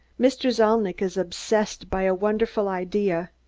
mr. zalnitch is obsessed by a wonderful idea.